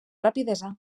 rapidesa